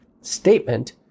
statement